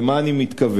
למה אני מתכוון?